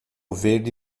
verde